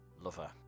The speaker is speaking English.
lover